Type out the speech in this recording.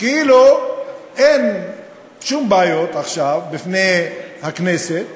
כאילו אין שום בעיות עכשיו בפני הכנסת,